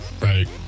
Right